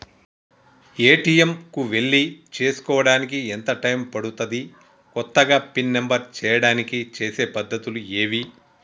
ATM కు వెళ్లి చేసుకోవడానికి ఎంత టైం పడుతది? కొత్తగా పిన్ నంబర్ చేయడానికి చేసే పద్ధతులు ఏవి?